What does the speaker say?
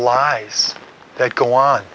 lies that go on